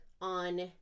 on